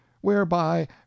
whereby